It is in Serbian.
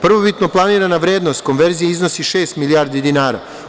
Prvobitna planirana vrednost konverzije iznosi šest milijardi dinara.